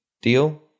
deal